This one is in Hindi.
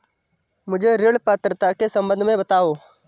मुझे ऋण पात्रता के सम्बन्ध में बताओ?